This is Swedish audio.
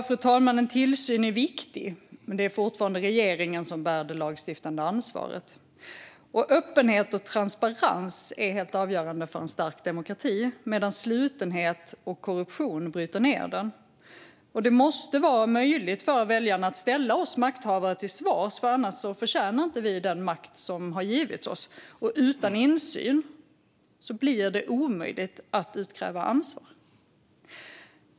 Fru talman! En tillsyn är viktig, men det är fortfarande regeringen som bär det lagstiftande ansvaret. Öppenhet och transparens är helt avgörande för en stark demokrati, medan slutenhet och korruption bryter ned den. Det måste vara möjligt för väljarna att ställa oss makthavare till svars. Annars förtjänar vi inte den makt som har givits oss. Utan insyn blir det omöjligt att utkräva ansvar.